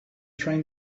trying